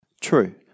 True